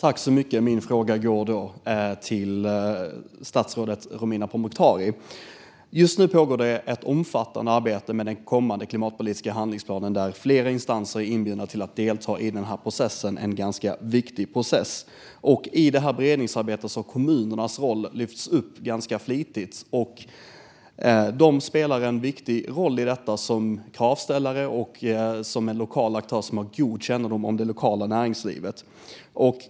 Fru talman! Min fråga går till statsrådet Romina Pourmokhtari. Just nu pågår det ett omfattande arbete med den kommande klimatpolitiska handlingsplanen, där flera instanser är inbjudna att delta i denna ganska viktiga process. I detta beredningsarbete har kommunernas roll lyfts fram ganska flitigt. Kommunerna spelar en viktig roll i detta som kravställare och som lokala aktörer som har god kännedom om det lokala näringslivet.